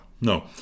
no